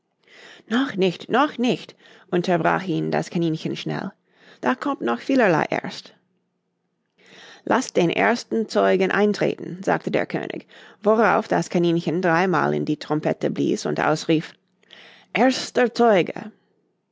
noch nicht noch nicht unterbrach ihn das kaninchen schnell da kommt noch vielerlei erst laßt den ersten zeugen eintreten sagte der könig worauf das kaninchen drei mal in die trompete blies und ausrief erster zeuge